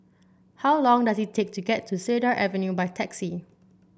how long does it take to get to Cedar Avenue by taxi